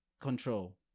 control